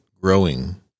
growing